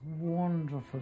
wonderful